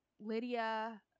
Lydia